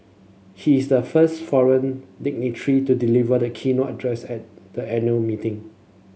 he is the first foreign dignitary to deliver the keynote address at the annual meeting